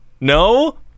No